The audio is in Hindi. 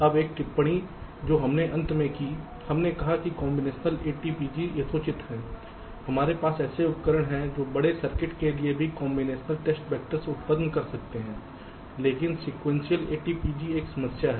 अब एक टिप्पणी जो हमने अंत मे की हमने कहा कि कॉम्बिनेशनल ATPG यथोचित है हमारे पास ऐसे उपकरण हैं जो बड़े सर्किट के लिए भी कॉम्बिनेशनल टेस्ट वेक्टर्स उत्पन्न कर सकते हैं लेकिन सीक्वेंशियल ATPG एक समस्या है